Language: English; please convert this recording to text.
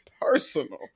personal